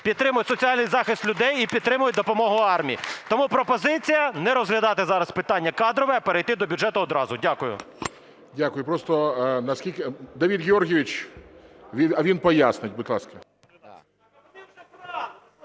підтримують соціальний захист людей і підтримують допомогу армії. Тому пропозиція не розглядати зараз питання кадрове, а перейти до бюджету одразу. Дякую. ГОЛОВУЮЧИЙ. Дякую. Просто наскільки… Давид Георгійович… А він пояснить, будь ласка.